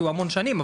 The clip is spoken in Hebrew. כי הוא המון שנים,